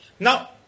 Now